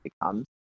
becomes